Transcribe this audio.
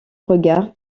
regarde